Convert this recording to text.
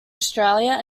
australia